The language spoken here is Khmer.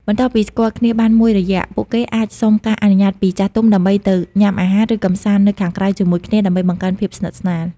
បន្ទាប់ពីស្គាល់គ្នាបានមួយរយៈ ពួកគេអាចសុំការអនុញ្ញាតពីចាស់ទុំដើម្បីទៅញ៉ាំអាហារ ឬកម្សាន្តនៅខាងក្រៅជាមួយគ្នា ដើម្បីបង្កើនភាពស្និទ្ធស្នាល។